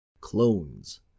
Clones